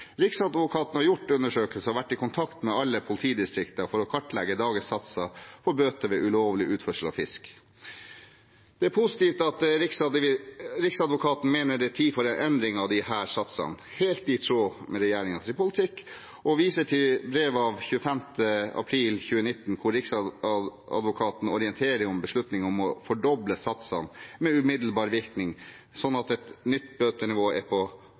Riksadvokaten har gjort undersøkelser og vært i kontakt med alle politidistrikter for å kartlegge dagens satser på bøter ved ulovlig utførsel av fisk. Det er positivt at Riksadvokaten mener det er tid for en endring av disse satsene, helt i tråd med regjeringens politikk. Jeg viser til brev av 25. april 2019, der Riksadvokaten orienterer om beslutningen om å fordoble satsene med umiddelbar virkning, slik at et nytt bøtenivå er på